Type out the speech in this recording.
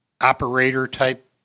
operator-type